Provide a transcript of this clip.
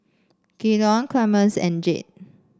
Gaylon Clemence and Jade